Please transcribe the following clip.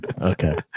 okay